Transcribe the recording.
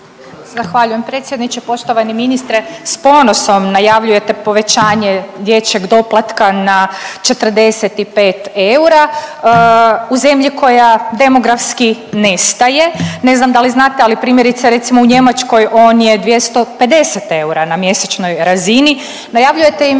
Zahvaljujem predsjedniče. Poštovani ministre s ponosom najavljujete povećanje dječjeg doplatka na 45 eura u zemlji koja demografski nestaje. Ne znam da li znate, ali primjerice recimo u Njemačkoj on 250 eura na mjesečnoj razini. Najavljujete i